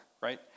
right